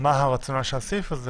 מה הרציונל של הסעיף הזה?